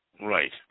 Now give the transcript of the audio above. Right